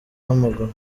w’amaguru